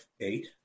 eight